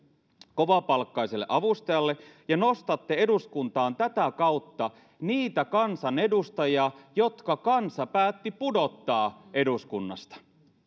kovapalkkaiselle avustajalle ja nostatte eduskuntaan tätä kautta niitä kansanedustajia jotka kansa päätti pudottaa eduskunnasta